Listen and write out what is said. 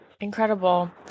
incredible